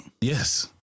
Yes